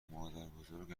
مادربزرگ